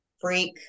freak